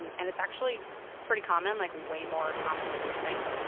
and and it's actually pretty common like, way more common than you think.